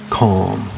calm